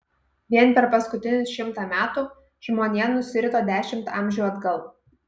vien per paskutinius šimtą metų žmonija nusirito dešimt amžių atgal